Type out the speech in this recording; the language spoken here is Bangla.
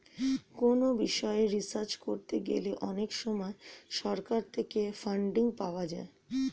কোনো বিষয়ে রিসার্চ করতে গেলে অনেক সময় সরকার থেকে ফান্ডিং পাওয়া যায়